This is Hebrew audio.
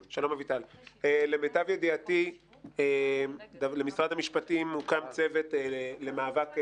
כי למיטב ידיעתי במשרד המשפטים הוקם צוות למאבק בפוליגמיה.